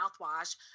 mouthwash